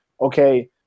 okay